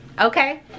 okay